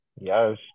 Yes